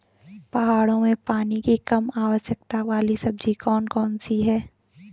पहाड़ों में पानी की कम आवश्यकता वाली सब्जी कौन कौन सी हैं?